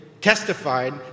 Testified